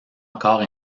encore